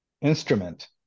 instrument